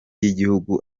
y’igihugu